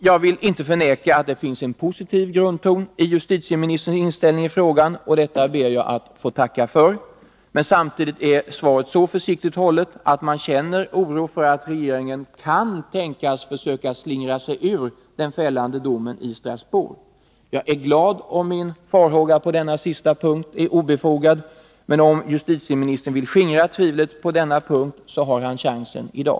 Jag vill inte förneka att det finns en positiv grundton i justitieministerns inställning i frågan, och detta ber jag att få tacka för. Men samtidigt är svaret så försiktigt hållet att man känner oro för att regeringen kan tänkas försöka slingra sig ur den fällande domen i Strasbourg. Jag är glad om min farhåga på denna sista punkt är obefogad, och om justitieministern vill skingra tvivlet på denna punkt, så har han chansen i dag.